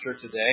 today